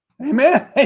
Amen